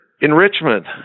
enrichment